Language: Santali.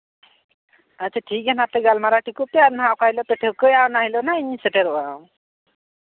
ᱟᱪᱪᱷᱟ ᱴᱷᱤᱠ ᱜᱮᱭᱟ ᱟᱯᱮ ᱜᱟᱞᱢᱟᱨᱟᱣ ᱴᱷᱤᱠᱚᱜ ᱯᱮ ᱟᱨ ᱱᱟᱦᱟᱸᱜ ᱚᱠᱟ ᱦᱤᱞᱳᱜ ᱯᱮ ᱴᱷᱟᱹᱣᱠᱟᱹᱭᱟ ᱚᱱᱟ ᱦᱤᱞᱚᱜ ᱦᱟᱸᱜ ᱤᱧ ᱥᱮᱴᱮᱨᱚᱜᱼᱟ